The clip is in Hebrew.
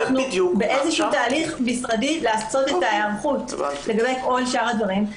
אנחנו באיזה שהוא תהליך משרדי להקצות את ההיערכות לגבי כל שאר הדברים.